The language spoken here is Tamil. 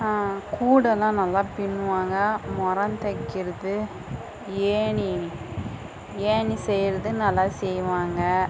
கூடலாம் நல்லா பின்னுவாங்க முறோம் தைக்கிறது ஏணி ஏணி செய்யுறது நல்லா செய்வாங்க